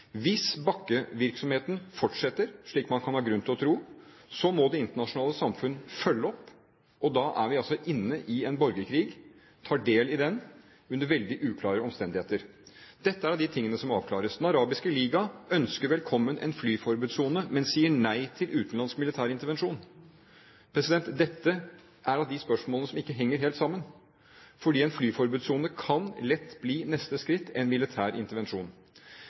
Hvis bakkevirksomheten fortsetter, slik man kan ha grunn til å tro, må det internasjonale samfunn følge opp, og da er vi altså under veldig uklare omstendigheter inne i og tar del i en borgerkrig. Det er av de tingene som må avklares. Den arabiske liga ønsker velkommen en flyforbudssone, men sier nei til utenlandsk militær intervensjon. Dette er av de spørsmålene som ikke henger helt sammen, for med en flyforbudssone kan neste skritt lett bli en militær intervensjon.